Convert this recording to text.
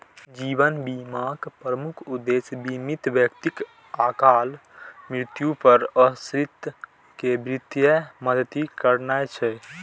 जीवन बीमाक प्रमुख उद्देश्य बीमित व्यक्तिक अकाल मृत्यु पर आश्रित कें वित्तीय मदति करनाय छै